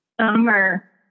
Summer